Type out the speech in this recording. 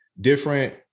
different